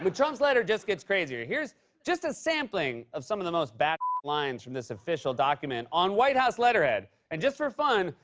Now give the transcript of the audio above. but trump's letter just gets crazier. here's just a sampling of some of the most bat bleep lines from this official document on white house letterhead. and just for fun,